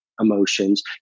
emotions